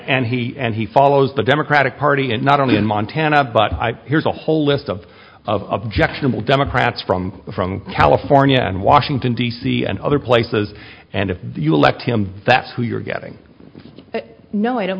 he and he follows the democratic party and not only in montana but here's a whole list of of objectionable democrats from california and washington d c and other places and if you elect him that's who you're getting no i don't